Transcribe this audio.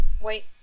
wait